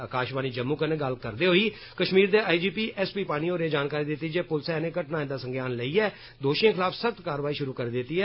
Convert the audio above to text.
आकाशवाणी जम्मू कन्नै गल्ल करदे होई कश्मीर दे I G P S P Pani होरें जानकारी दिती जे पुलस इनें घटनाएं दा संज्ञान लेइयै दोषिऐं खिलाफ सख्त कारवाई शुरु करी दिती ऐ